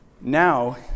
now